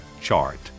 chart